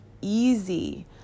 easy